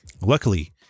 Luckily